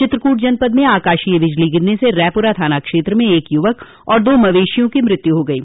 चित्रकूट जनपद म आकाशीय बिजली गिरने से रैपुरा थाना क्षेत्र में एक युवक और दो मवेशियों की मृत्यु हो गयी